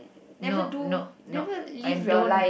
never do never live your life